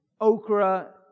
okra